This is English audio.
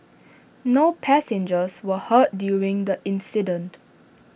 no passengers were hurt during the incident